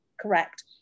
correct